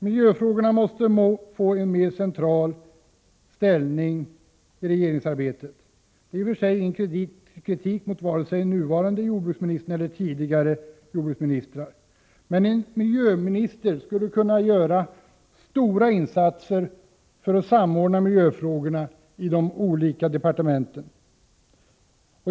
Miljöfrågorna måste få en mer central ställning i regeringsarbetet. Det är i och för sig ingen kritik mot vare sig nuvarande jordbruksministern eller tidigare jordbruksministrar, men en miljöminister skulle kunna göra stora insatser för att samordna miljöfrågorna i de olika departementen.